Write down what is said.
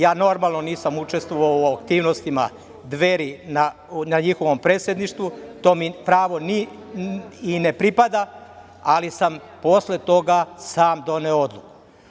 Ja normalno nisam učestvovao u aktivnostima Dveri na njihovom predsedništvu, to mi pravo i ne pripada, ali sam posle toga sam doneo odluku.